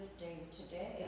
day-to-day